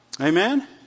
Amen